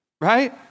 right